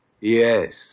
Yes